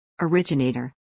Originator